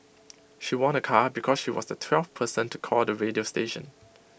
she won A car because she was the twelfth person to call the radio station